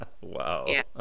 Wow